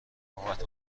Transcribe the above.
بابت